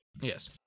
Yes